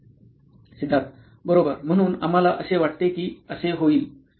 सिद्धार्थ बरोबर म्हणून आम्हाला असे वाटते की असे होईल